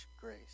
grace